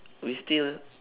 we still